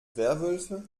werwölfe